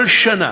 כל שנה,